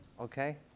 Okay